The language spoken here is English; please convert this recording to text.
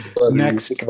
next